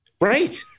Right